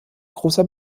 großer